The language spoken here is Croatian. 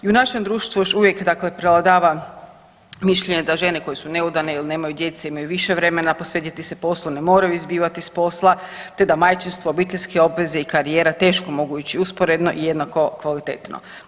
I u našem društvu još uvijek, dakle prevladava mišljenje da žene koje su neudane ili nemaju djece imaju više vremena posvetiti se poslu, ne moraju izbivati s posla, te da majčinstvo, obiteljske obveze i karijera teško mogu ići usporedno i jednako kvalitetno.